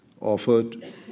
offered